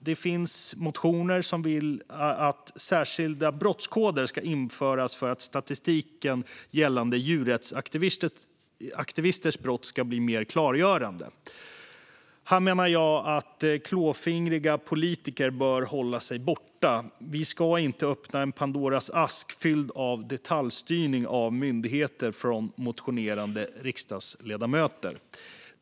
Det finns motioner som vill att särskilda brottskoder ska införas för att statistiken gällande djurrättsaktivisters brott ska bli mer klargörande. Jag menar att klåfingriga politiker bör hålla sig borta. Vi ska inte öppna Pandoras ask fylld av detaljstyrning av myndigheter från motionerande riksdagsledamöter.